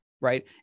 right